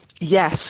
Yes